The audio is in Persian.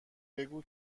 بگو